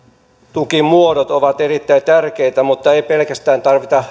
tukimuodot ovat erittäin tärkeitä mutta ei tarvita pelkästään